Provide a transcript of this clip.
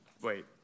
Wait